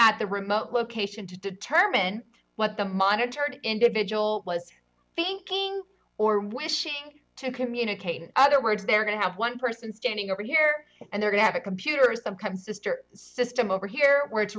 at the remote location to determine what the monitored individual was thinking or wishing to communicate in other words they're going to have one person standing over here and they're going have a computer is a come sister system over here were